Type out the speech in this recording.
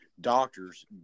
doctors